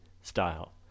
style